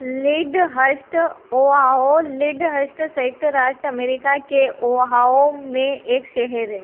लिडहस्ट Ohio Lyndhurst सँयुक्त राष्ट्र America के ओहाओ में एक शहर है